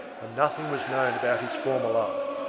and nothing was known about his former life.